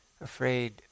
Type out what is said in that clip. afraid